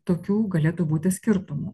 tokių galėtų būti skirtumų